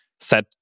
set